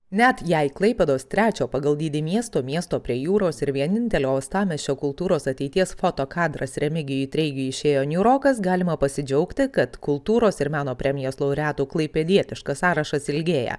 net jei klaipėdos trečio pagal dydį miesto miesto prie jūros ir vienintelio uostamiesčio kultūros ateities fotokadras remigijui treigiui išėjo niūrokas galima pasidžiaugti kad kultūros ir meno premijos laureatų klaipėdietiškas sąrašas ilgėja